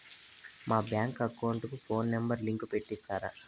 మా bank account కు phone number link పెట్టి ఇస్తారా?